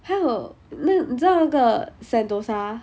how 那个你知道那个 sentosa